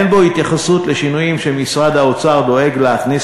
אין בו התייחסות לשינויים שמשרד האוצר דואג להכניס